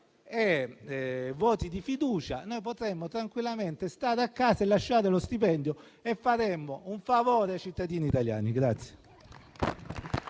e voti di fiducia noi potremmo tranquillamente stare a casa e rinunciare allo stipendio, facendo così un favore ai cittadini italiani.